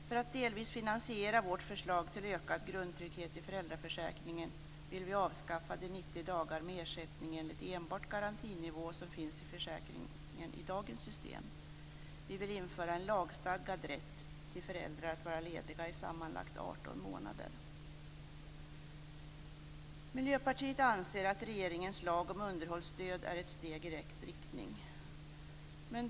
För att delvis finansiera vårt förslag till ökad grundtrygghet i föräldraförsäkringen vill vi avskaffa de 90 dagar med ersättning enligt enbart garantinivå som finns i försäkringen i dagens system. Vi vill införa en lagstadgad rätt för föräldrar att vara lediga i sammanlagt 18 månader. Miljöpartiet anser att regeringens lag om underhållsstöd är ett steg i rätt riktning.